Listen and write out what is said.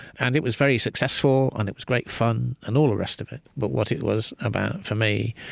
and it was very successful, and it was great fun, and all the rest of it. but what it was about, for me,